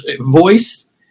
voice